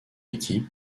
équipe